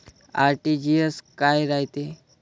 RTGS काय रायते?